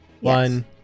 one